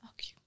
Okay